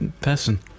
person